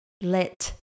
let